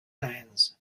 lands